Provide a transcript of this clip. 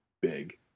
big